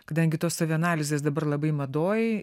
kadangi tos savianalizės dabar labai madoj